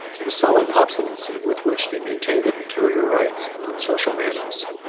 the sullen obstinacy with which they maintained their peculiar rites and unsocial manners,